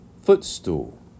footstool